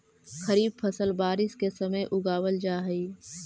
खरीफ फसल बारिश के समय उगावल जा हइ